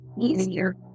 easier